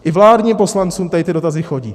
I vládním poslancům ty dotazy chodí.